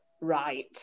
right